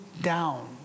down